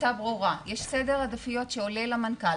הייתה ברורה: יש סדר עדיפויות שעולה למנכ"ל,